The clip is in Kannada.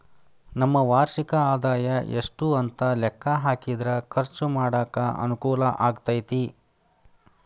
ನಮ್ಮ ವಾರ್ಷಿಕ ಆದಾಯ ಎಷ್ಟು ಅಂತ ಲೆಕ್ಕಾ ಹಾಕಿದ್ರ ಖರ್ಚು ಮಾಡಾಕ ಅನುಕೂಲ ಆಗತೈತಿ